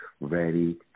ready